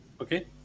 okay